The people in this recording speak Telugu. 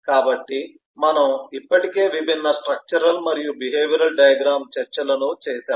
కాబట్టి మనము ఇప్పటికే విభిన్న స్ట్రక్చరల్ మరియు బిహేవియరల్ డయాగ్రమ్ చర్చలను చేసాము